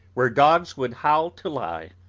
where dogs would howl to lie,